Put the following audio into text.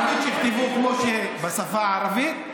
בערבית שיכתבו כמו בשפה הערבית,